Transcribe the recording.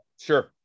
Sure